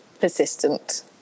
persistent